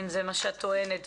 אם זה מה שאת טוענת.